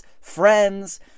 friends